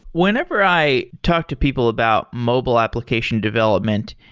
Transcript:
whenever i talk to people about mobile application development,